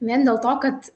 vien dėl to kad